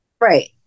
Right